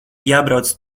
jābrauc